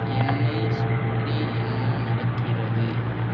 என்னை சுற்றி என்ன நடக்கிறது